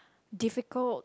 difficult